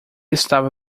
estava